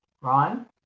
Ryan